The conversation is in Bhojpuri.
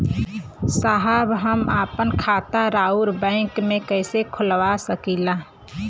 साहब हम आपन खाता राउर बैंक में कैसे खोलवा सकीला?